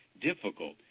difficult